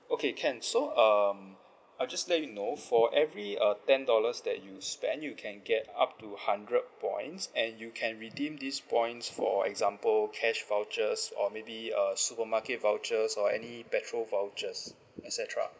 okay can so um I'll just let you know for every uh ten dollars that you spend you can get up to hundred points and you can redeem this points for example cash vouchers or maybe uh supermarket vouchers or any petrol vouchers et cetera